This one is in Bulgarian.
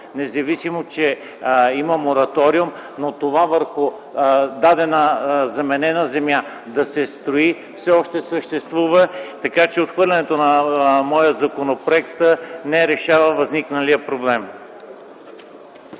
независимо че има мораториум, но това да се строи върху дадена заменена земя все още съществува. Така че отхвърлянето на моя законопроект не решава възникналия проблем.